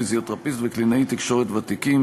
פיזיותרפיסט וקלינאי תקשורת ותיקים),